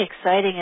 exciting